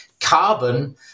Carbon